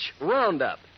Roundup